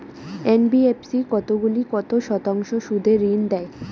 NBFC কতগুলি কত শতাংশ সুদে ঋন দেয়?